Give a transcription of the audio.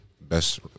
best